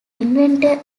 inventor